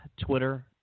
Twitter